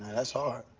that's hard.